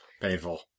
Painful